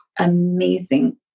Amazing